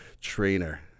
trainer